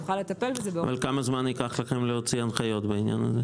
אבל כמה זמן ייקח לכם להוציא הנחיות בעניין הזה?